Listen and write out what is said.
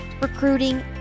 recruiting